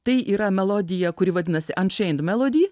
tai yra melodiją kuri vadinasi and šein melodi